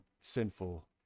sinful